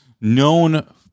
known